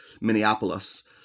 Minneapolis